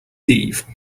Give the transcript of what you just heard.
eve